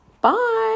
Bye